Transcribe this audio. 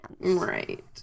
Right